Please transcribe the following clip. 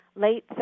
late